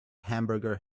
hamburger